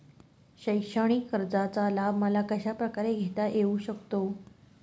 शैक्षणिक कर्जाचा लाभ मला कशाप्रकारे घेता येऊ शकतो?